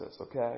okay